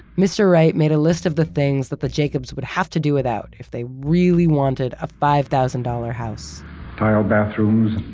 mr. wright made a list of the things that the jacobs would have to do without, if they really wanted a five thousand dollars house tile bathrooms,